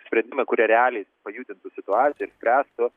sprendimai kurie realiai pajudintų situaciją ir spręstų